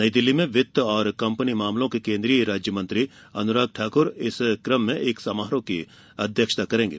नई दिल्ली में वित्त और कम्पनी मामलों के केंद्रीय राज्य मंत्री अनुराग ठाकुर एक समारोह की अध्यक्षता करेंगे